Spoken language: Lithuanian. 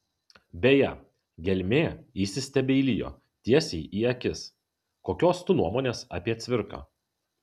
beje gelmė įsistebeilijo tiesiai į akis kokios tu nuomonės apie cvirką